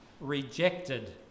rejected